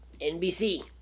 NBC